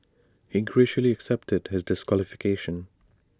he graciously accepted his disqualification